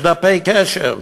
יש דפי קשר,